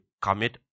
commit